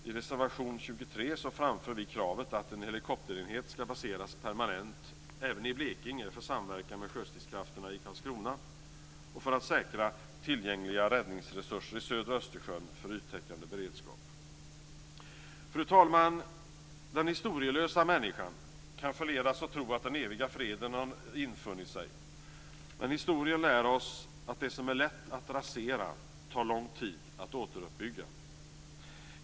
I reservation 23 framför vi kravet att en helikopterenhet ska baseras permanent även i Blekinge för samverkan med sjöstridskrafterna i Karlskrona och för att säkra tillgängliga räddningsresurser i södra Fru talman! Den historielösa människan kan förledas att tro att den eviga freden har infunnit sig, men historien lär oss att det som är lätt att rasera tar lång tid att återuppbygga.